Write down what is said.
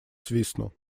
свистнул